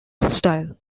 style